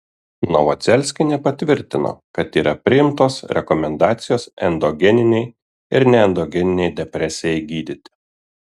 novodzelskienė patvirtino kad yra priimtos rekomendacijos endogeninei ir neendogeninei depresijai gydyti